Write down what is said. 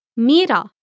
Mira